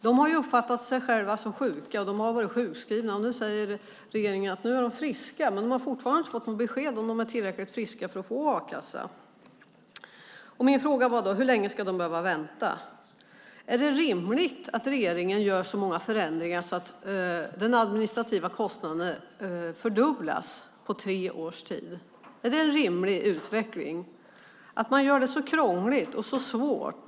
De har uppfattat sig själva som sjuka och varit sjukskrivna, men nu säger regeringen att de är friska. De har dock fortfarande inte fått något besked om huruvida de är tillräckligt friska för att få a-kassa. Min fråga var: Hur länge ska de behöva vänta? Är det rimligt att regeringen gör så många förändringar att den administrativa kostnaden fördubblas på tre års tid? Är det en rimlig utveckling att man gör det så krångligt och så svårt?